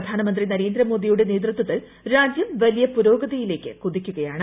പ്രധാനമന്ത്രി നരേന്ദ്ര മോദിയുടെ നേതൃത്ത്വത്തിൽ രാജ്യം വലിയ പുരോഗതിയിലേക്ക് കുതിക്കുകയാണ്